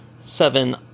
seven